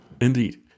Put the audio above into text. Indeed